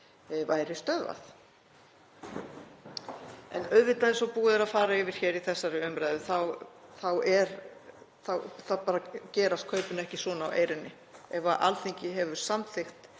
væri stöðvað. En auðvitað, eins og búið er að fara yfir í þessari umræðu, þá bara gerast kaupin ekki svona á eyrinni. Ef Alþingi hefur samþykkt